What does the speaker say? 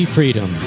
Freedom